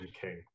king